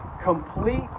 complete